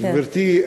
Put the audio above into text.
גברתי,